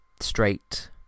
straight